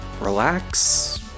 Relax